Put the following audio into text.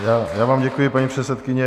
Já vám děkuji, paní předsedkyně.